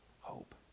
hope